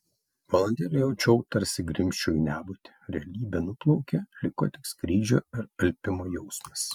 valandėlę jaučiau tarsi grimzčiau į nebūtį realybė nuplaukė liko tik skrydžio ir alpimo jausmas